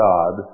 God